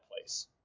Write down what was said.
place